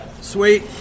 Sweet